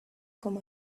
como